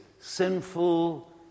sinful